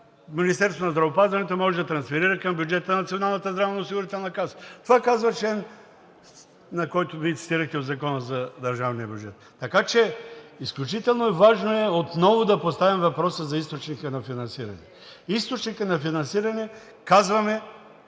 Министерството на здравеопазването може да трансферира към бюджета на Националната здравноосигурителна каса. Това казва членът, който Вие цитирахте, в Закона за държавния бюджет. Изключително важно е отново да поставим въпроса за източника на финансиране. Източникът на финансиране казваме